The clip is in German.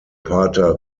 pater